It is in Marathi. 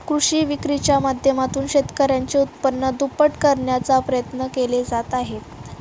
कृषी विक्रीच्या माध्यमातून शेतकऱ्यांचे उत्पन्न दुप्पट करण्याचा प्रयत्न केले जात आहेत